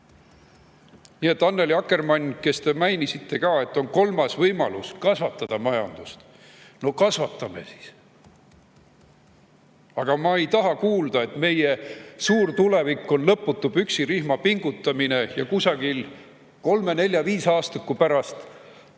Annely Akkermann, te mainisite, et on kolmas võimalus kasvatada majandust. No kasvatame siis! Aga ma ei taha kuulda, et meie suur tulevik on lõputu püksirihma pingutamine ja siis kolme-nelja aasta või viisaastaku pärast läheb